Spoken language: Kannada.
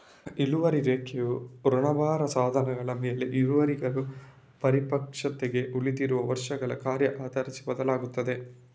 ಇಳುವರಿ ರೇಖೆಯು ಋಣಭಾರ ಸಾಧನಗಳ ಮೇಲಿನ ಇಳುವರಿಗಳು ಪರಿಪಕ್ವತೆಗೆ ಉಳಿದಿರುವ ವರ್ಷಗಳ ಕಾರ್ಯ ಆಧರಿಸಿ ಬದಲಾಗುತ್ತದೆ